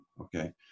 Okay